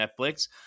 netflix